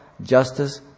justice